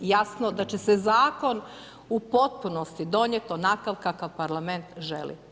Jasno da će se zakon u potpunosti donijeti onakav kakav parlament želi.